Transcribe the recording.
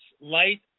light